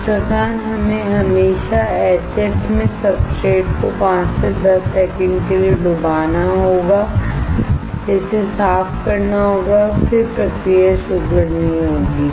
इस प्रकार हमें हमेशा एचएफ में सब्स ट्रेटको 5 से 10 सेकंड के लिए डुबाना होगा इसे साफ करना होगा और फिर प्रक्रिया शुरू करनी होगी